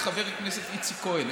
חבר הכנסת איציק כהן,